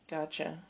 Gotcha